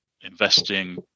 investing